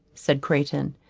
said crayton,